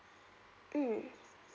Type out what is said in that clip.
mm